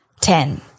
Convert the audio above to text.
Ten